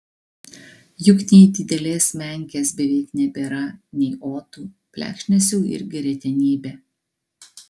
juk nei didelės menkės beveik nebėra nei otų plekšnės jau irgi retenybė